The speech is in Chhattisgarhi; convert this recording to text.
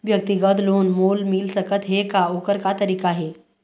व्यक्तिगत लोन मोल मिल सकत हे का, ओकर का तरीका हे?